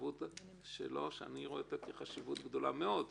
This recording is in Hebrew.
והחשיבות שלו שאני רואה כחשיבות גדולה מאוד.